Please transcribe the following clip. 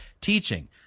teaching